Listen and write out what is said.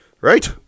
Right